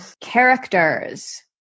Characters